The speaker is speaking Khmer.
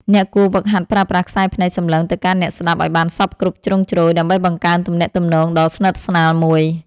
អ្នកគួរហ្វឹកហាត់ប្រើប្រាស់ខ្សែភ្នែកសម្លឹងទៅកាន់អ្នកស្ដាប់ឱ្យបានសព្វគ្រប់ជ្រុងជ្រោយ ដើម្បីបង្កើតទំនាក់ទំនងដ៏ស្និទ្ធស្នាលមួយ។